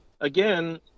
again